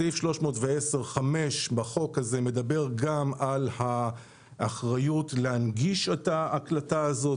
סעיף 310(5) בחוק הזה מדבר גם על האחריות להנגיש את ההקלטה הזאת.